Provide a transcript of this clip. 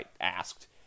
asked